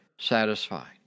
satisfied